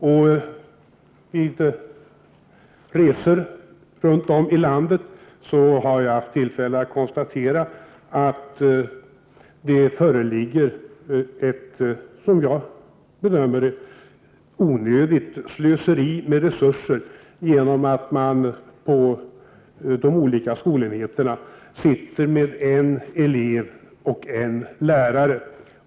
Under mina resor ute i landet har jag haft tillfälle att konstatera att det är ett onödigt slöseri med resurser. På de olika skolenheterna sker nämligen undervisning med en elev och en lärare.